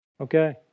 Okay